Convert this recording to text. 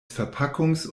verpackungs